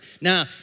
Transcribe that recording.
Now